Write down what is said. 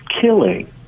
killing